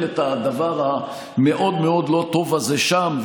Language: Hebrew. את הדבר המאוד-מאוד לא טוב הזה שם,